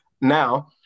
Now